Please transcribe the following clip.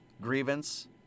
grievance